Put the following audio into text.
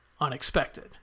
unexpected